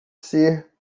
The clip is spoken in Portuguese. ser